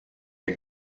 yng